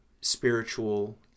spiritual